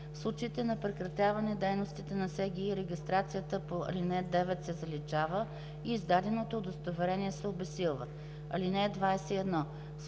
В случаите на прекратяване дейността на СГИ регистрацията по ал. 9 се заличава и издаденото удостоверение се обезсилва. (21)